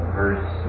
verse